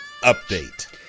Update